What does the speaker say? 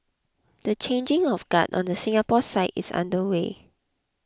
the changing of guard on the Singapore side is underway